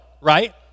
right